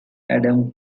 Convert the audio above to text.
adam